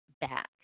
back